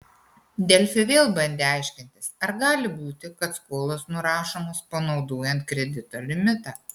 delfi vėl bandė aiškintis ar gali būti kad skolos nurašomos panaudojant kredito limitą